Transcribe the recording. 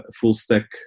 full-stack